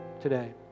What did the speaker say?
today